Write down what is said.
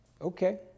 Okay